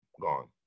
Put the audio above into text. gone